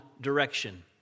direction